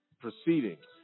proceedings